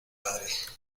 padre